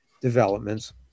developments